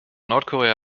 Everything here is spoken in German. nordkorea